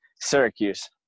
syracuse